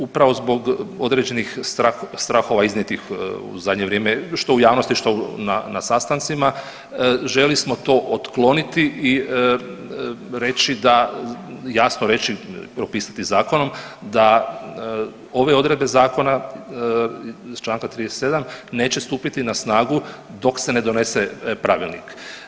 Upravo zbog određenih strahova iznijetih u zadnje vrijeme, što u javnosti, što na sastancima, željeli smo to otkloniti i reći da jasno reći, propisati zakonom, da ove odredbe zakona iz čl. 37 neće stupiti na snagu dok se ne donese pravilnik.